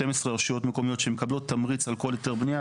12 רשויות מקומיות שמקבלות תמריץ על כל היתר בנייה.